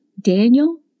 Daniel